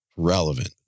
relevant